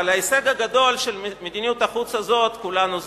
אבל את ההישג הגדול של מדיניות החוץ הזאת כולנו זוכרים.